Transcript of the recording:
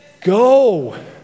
Go